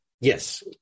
Yes